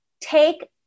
take